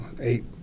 eight